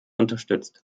unterstützt